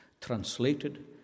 translated